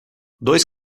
dois